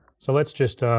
so let's just